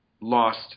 lost